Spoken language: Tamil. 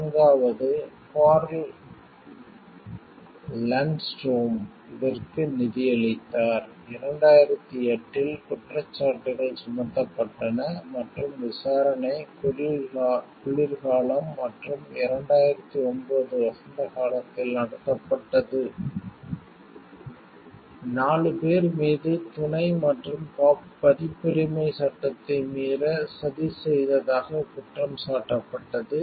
நான்காவது கார்ல் லண்ட்ஸ்ட்ரோம் இதற்கு நிதியளித்தார் 2008 இல் குற்றச்சாட்டுகள் சுமத்தப்பட்டன மற்றும் விசாரணை குளிர்காலம் மற்றும் 2009 வசந்த காலத்தில் நடத்தப்பட்டது 4 பேர் மீது துணை மற்றும் பதிப்புரிமை சட்டத்தை மீற சதி செய்ததாக குற்றம் சாட்டப்பட்டது